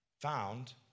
found